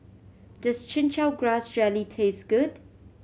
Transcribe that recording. does Chin Chow Grass Jelly taste good